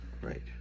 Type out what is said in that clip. Right